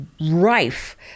rife